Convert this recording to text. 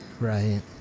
right